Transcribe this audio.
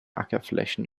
ackerflächen